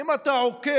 שאם אתה עוקב